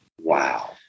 Wow